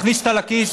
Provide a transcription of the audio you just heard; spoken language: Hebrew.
מכניס אותה לכיס,